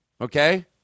Okay